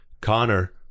Connor